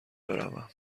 بروم